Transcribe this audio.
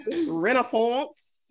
Renaissance